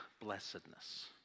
blessedness